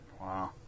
Wow